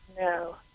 No